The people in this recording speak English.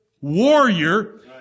warrior